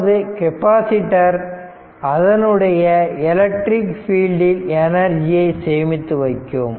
அதாவது கெப்பாசிட்டர் அதனுடைய எலக்ட்ரிக் ஃபீல்டில் எனர்ஜியை சேமித்து வைக்கும்